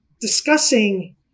discussing